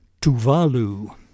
Tuvalu